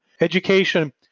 Education